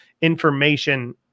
information